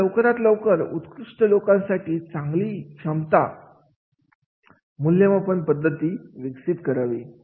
आता लवकरात लवकर उत्कृष्ट लोकांसाठी चांगली चांगली क्षमता मूल्यमापन पद्धती विकसित करावी